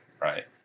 Right